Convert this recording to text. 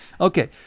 Okay